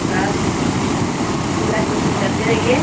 आप पूरा कोशिश करते रहिए